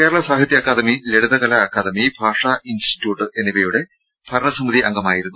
Kerala Sahitya Akademi Lalithakala Akademi Bhasha institute എന്നിവയുടെ ഭരണസമിതി അംഗമായിരുന്നു